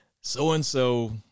so-and-so